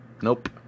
Nope